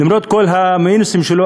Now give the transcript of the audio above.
למרות כל המינוסים שלו,